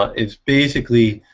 it's basically,